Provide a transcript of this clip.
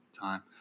time